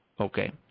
Okay